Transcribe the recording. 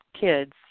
kids